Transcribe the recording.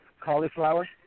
cauliflower